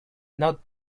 not